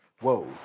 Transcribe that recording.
Whoa